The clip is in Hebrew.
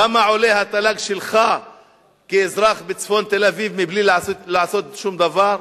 כמה עולה התל"ג שלך כאזרח בצפון תל-אביב מבלי לעשות שום דבר?